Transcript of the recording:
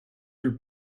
your